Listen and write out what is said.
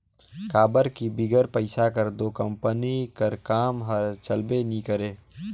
काबर कि बिगर पइसा कर दो कंपनी कर काम हर चलबे नी करे